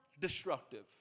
destructive